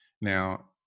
Now